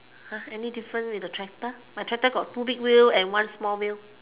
!huh! any difference with the tractor my tractor got two big wheel and one small wheel